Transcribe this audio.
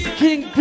king